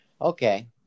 Okay